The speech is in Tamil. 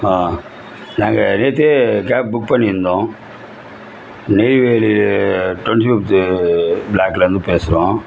நாங்கள் நேத்தியே கேப் புக் பண்ணியிருந்தோம் நெய்வேலி டிவன்ட்டி ஃபிஃப்த் ப்ளாக்லிருந்து பேசுகிறோம்